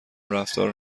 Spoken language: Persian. رفتار